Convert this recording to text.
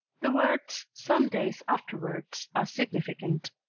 the words some days afterwards are significant.